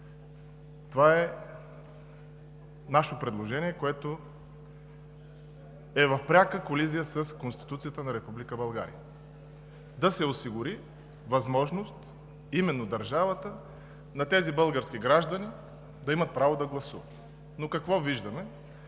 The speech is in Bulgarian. Това е наше предложение, което е в пряка колизия с Конституцията на Република България – да се осигури възможност, именно държавата, тези български граждани да имат право да гласуват. Но какво виждаме?